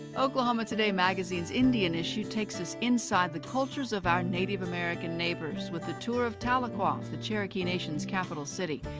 oklahoma today magazine's indian issue takes us inside the cultures of our native american neighbors. with a tour of tahlequah. the cherokee nation's capital city.